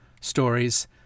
stories